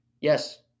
yes